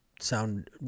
sound